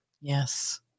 Yes